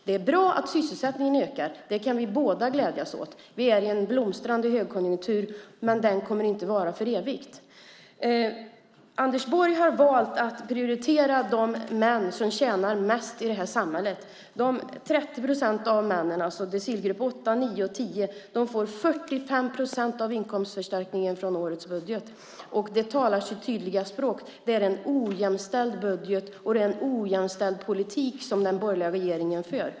Det är bra att sysselsättningen ökar. Det kan vi båda glädjas åt. Vi befinner oss i en blomstrande högkonjunktur. Men den kommer inte att vara för evigt. Anders Borg har valt att prioritera de män som tjänar mest i detta samhälle. 30 procent av männen, alltså decilgrupp 8, 9 och 10, får 45 procent av inkomstförstärkningen från årets budget. Det talar sitt tydliga språk. Det är en ojämställd budget, och det är en ojämställd politik som den borgerliga regeringen för.